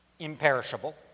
Imperishable